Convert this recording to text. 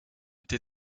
été